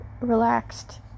relaxed